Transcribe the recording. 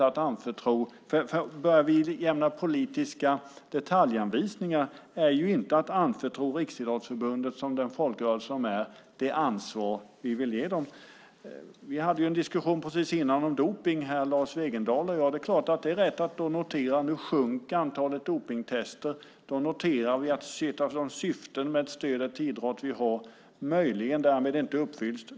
Att börja lämna politiska detaljanvisningar är inte att anförtro Riksidrottsförbundet, som den folkrörelse det är, det ansvar vi vill ge förbundet. Lars Wegendal och jag hade en diskussion precis innan om dopning. Det är rätt att notera att antalet dopningstester sjunker. Då noterar vi att syftet med stödet till idrott möjligen därmed inte uppfylls.